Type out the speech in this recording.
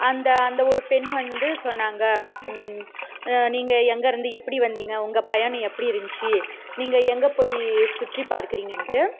அந்த அந்த ஒரு பெண் வந்து சொன்னாங்க நீங்கள் எங்கேயிருந்து எப்படி வந்திங்க உங்க பயணம் எப்படி இருந்துச்சு நீங்கள் எங்கே போய் சுற்றிப் பார்க்கறிங்கன்ட்டு